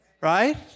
right